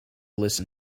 listen